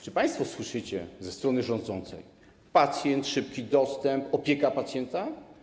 Czy państwo słyszycie ze strony rządzącej: pacjent, szybki dostęp, opieka nad pacjentem?